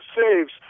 saves